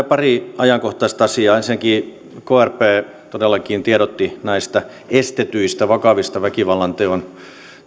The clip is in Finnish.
pari ajankohtaista asiaa ensinnäkin krp todellakin tiedotti näistä estetyistä vakavista väkivallanteon